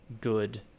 good